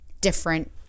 different